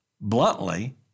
Bluntly